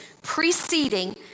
preceding